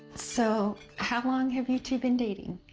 so how long have you two been dating?